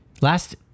Last